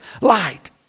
light